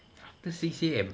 after six A_M